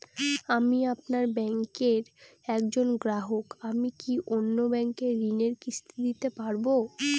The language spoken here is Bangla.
আমি আপনার ব্যাঙ্কের একজন গ্রাহক আমি কি অন্য ব্যাঙ্কে ঋণের কিস্তি দিতে পারবো?